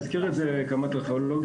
הזכיר את זה קמ"ט ארכיאולוגיה,